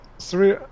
three